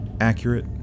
accurate